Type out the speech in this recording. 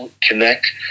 connect